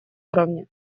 уровне